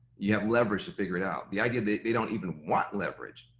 you have leverage to figure it out, the idea they they don't even want leverage,